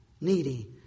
needy